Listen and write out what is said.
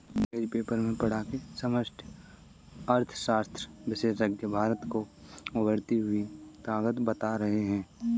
newspaper में पढ़ा की समष्टि अर्थशास्त्र विशेषज्ञ भारत को उभरती हुई ताकत बता रहे हैं